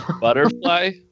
Butterfly